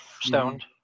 stoned